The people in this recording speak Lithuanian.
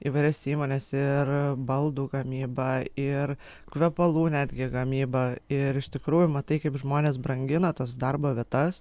įvairias įmones ir baldų gamybą ir kvepalų netgi gamyba ir iš tikrųjų matai kaip žmonės brangina tas darbo vietas